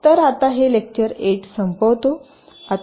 तर आता हे लेक्चर 8 संपवतो